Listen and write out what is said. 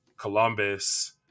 columbus